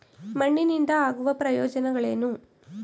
ಮಣ್ಣಿನಿಂದ ಆಗುವ ಪ್ರಯೋಜನಗಳೇನು?